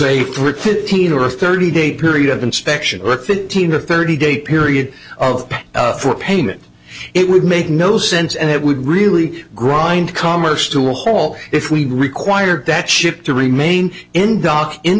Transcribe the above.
fifteen or thirty day period of inspection fifteen or thirty day period of time for payment it would make no sense and it would really grind commerce to a halt if we required that ship to remain in dock in